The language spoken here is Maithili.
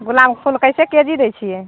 गुलाबके फूल कैसे के जी दै छियै